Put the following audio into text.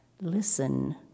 Listen